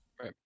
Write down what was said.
Right